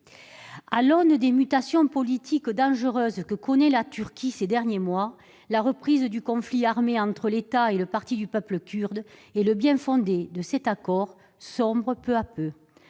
À l'aune des mutations politiques dangereuses que connaît la Turquie ces derniers mois, en particulier la reprise du conflit armé entre l'État et le parti du peuple kurde, le bien-fondé de cet accord sombre peu à peu.